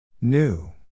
new